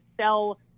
sell